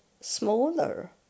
smaller